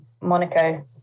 Monaco